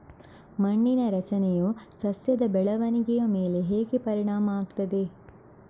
ಮಣ್ಣಿನ ರಚನೆಯು ಸಸ್ಯದ ಬೆಳವಣಿಗೆಯ ಮೇಲೆ ಹೇಗೆ ಪರಿಣಾಮ ಆಗ್ತದೆ?